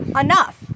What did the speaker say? enough